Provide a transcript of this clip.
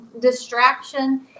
distraction